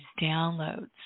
downloads